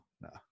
no